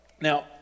now